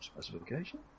specification